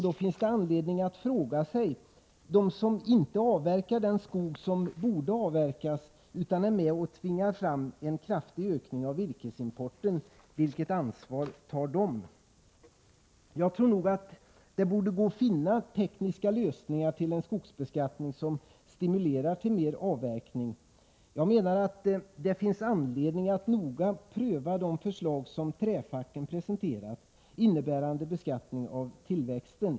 Då finns det anledning att fråga sig vilket ansvar de tar som inte avverkar den skog som borde avverkas, utan är med om att tvinga fram en kraftig ökning av virkesimporten. Jag tror det borde gå att finna tekniska lösningar för en skogsbeskattning som stimulerar till mer avverkning. Jag menar att det finns anledning att noga pröva de förslag som träfacken presenterat innebärande beskattning av tillväxten.